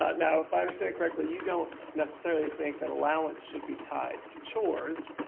ah now, if i understand correctly, you don't necessarily think that allowance should be tied to chores.